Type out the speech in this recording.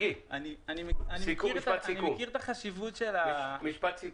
משפט אחד.